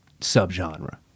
subgenre